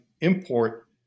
import